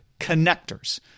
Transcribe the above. connectors